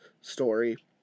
story